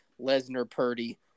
Lesnar-Purdy